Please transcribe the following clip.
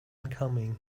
coming